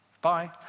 bye